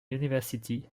university